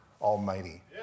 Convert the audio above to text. Almighty